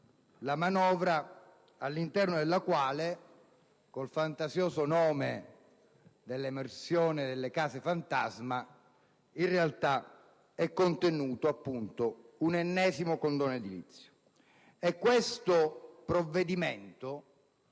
la manovra, all'interno della quale, con il fantasioso nome di emersione delle case fantasma, in realtà è contenuto l'ennesimo condono edilizio. E questo provvedimento